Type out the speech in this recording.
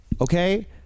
Okay